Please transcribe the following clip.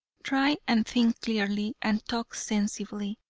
try and think clearly and talk sensibly.